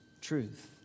truth